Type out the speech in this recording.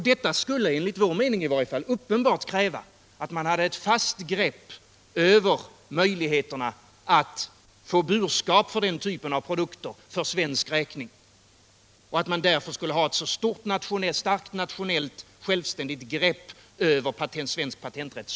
Det måste enligt vår mening uppenbart kräva ett fast grepp över möjligheterna att få burskap för svensk räkning för den typen av produkter och ett så starkt nationellt självständigt grepp som möjligt över svensk patenträtt.